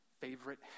favorite